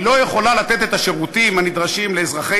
היא לא יכולה לתת את השירותים הנדרשים לאזרחי